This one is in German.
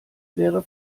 wäre